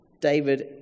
David